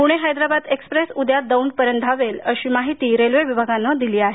Pune Hyderabad express उद्या दौंडपर्यंत असेल अशी माहिती रेल्वे विभागाने कळवली आहे